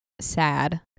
sad